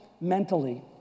mentally